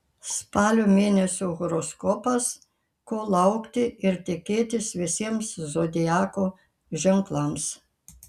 spalio mėnesio horoskopas ko laukti ir tikėtis visiems zodiako ženklams